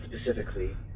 specifically